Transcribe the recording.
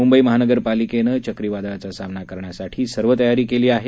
मंबई महापालिकेनंही चक्रीवादळाचा सामना करण्यासाठी सर्व तयारी केली आहे